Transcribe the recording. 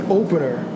opener